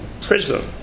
prison